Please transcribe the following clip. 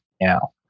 now